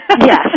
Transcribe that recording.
Yes